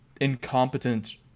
incompetent